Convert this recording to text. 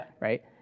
right